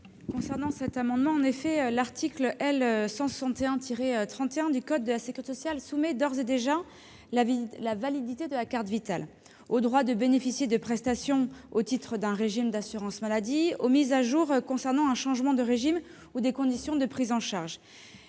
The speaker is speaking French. Gouvernement ? L'article L. 161-31 du code de la sécurité sociale conditionne déjà la validité de la carte Vitale au droit de bénéficier de prestations au titre d'un régime d'assurance maladie et aux mises à jour concernant un changement de régime ou des conditions de prise en charge.